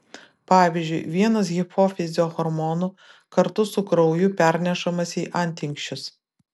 pavyzdžiui vienas hipofizio hormonų kartu su krauju pernešamas į antinksčius